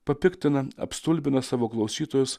papiktina apstulbina savo klausytojus